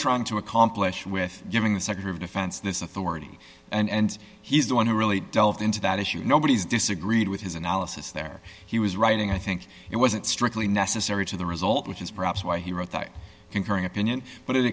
trying to accomplish with giving the secretary of defense this authority and he is the one who really delved into that issue nobody has disagreed with his analysis there he was writing i think it wasn't strictly necessary to the result which is perhaps why he wrote that concurring opinion but it